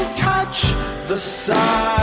ah the song